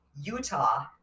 utah